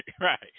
right